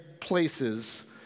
places